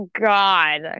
God